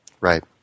Right